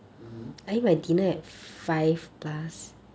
mmhmm